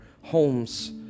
homes